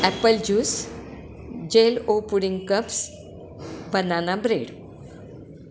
apple juice jell O pudding cups banana bread